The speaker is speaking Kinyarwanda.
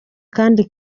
kandi